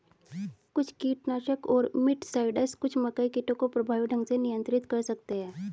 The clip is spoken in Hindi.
कुछ कीटनाशक और मिटसाइड्स कुछ मकई कीटों को प्रभावी ढंग से नियंत्रित कर सकते हैं